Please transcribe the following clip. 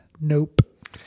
Nope